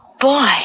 boy